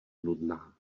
nudná